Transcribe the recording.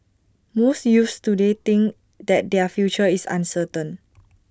most youths today think that their future is uncertain